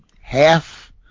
half